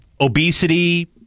obesity